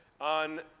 on